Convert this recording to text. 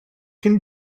can